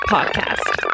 Podcast